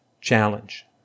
challenge